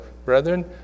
Brethren